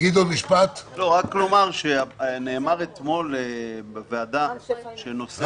אני רק רוצה לומר שנאמר אתמול בוועדה שהנושא